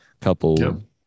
couple